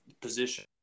position